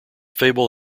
fable